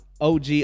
OG